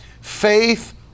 faith